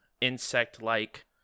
insect-like